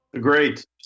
Great